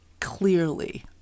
Clearly